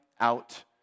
out